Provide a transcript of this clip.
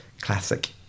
classic